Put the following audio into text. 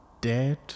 dead